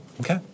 Okay